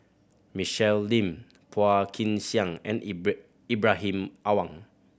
Michelle Lim Phua Kin Siang and Ibrahim Awang